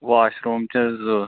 wash room چھِس زٕ